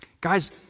guys